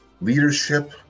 leadership